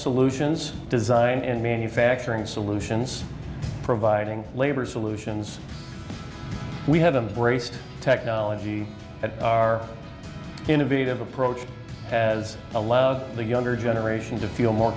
solutions design and manufacturing solutions providing labor solutions we have embraced technology and our innovative approach as allow the younger generation to feel more